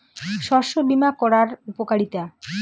শস্য বিমা করার উপকারীতা?